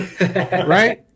Right